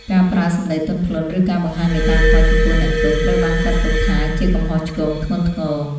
ការប្រើសម្ដីទន់ភ្លន់ ឬការបង្ហាញមេត្តាធម៌ចំពោះអ្នកទោស ត្រូវបានចាត់ទុកថាជាកំហុសឆ្គងធ្ងន់ធ្ងរ។